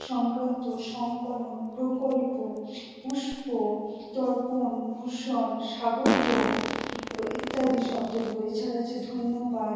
সংক্রান্ত সংকলন প্রকল্প পুষ্প তর্পণ ভূষণ স্বাগত ও ইত্যাদি শব্দগুলো এছাড়া আছে ধন্যবাদ